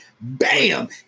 Bam